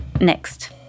Next